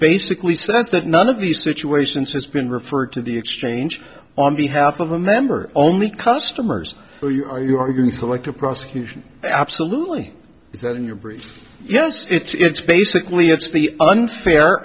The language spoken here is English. basically says that none of these situations has been referred to the exchange on behalf of a member only customers are you are you arguing selective prosecution absolutely is that in your brief yes it's basically it's the unfair